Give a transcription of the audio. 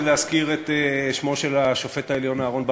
להזכיר את שמו של שופט בית-המשפט העליון אהרן ברק,